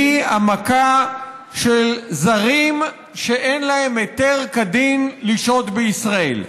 והיא המכה של זרים שאין להם היתר כדין לשהות בישראל.